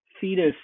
fetus